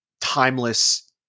timeless